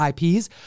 IPs